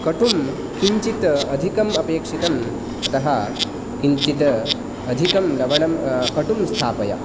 कटुं किञ्चित् अधिकम् अपेक्षितम् अतः किञ्चित् अधिकं लवणं कटुं स्थापय